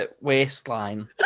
waistline